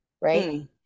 right